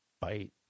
bite